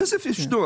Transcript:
הכסף ישנו.